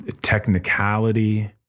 technicality